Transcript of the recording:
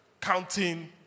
counting